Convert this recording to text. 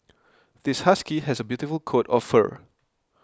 this husky has a beautiful coat of fur